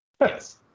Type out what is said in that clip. Yes